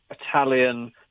italian